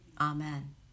Amen